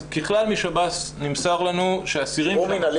ככלל משב"ס נמסר לנו שאסירים --- שחרור מינהלי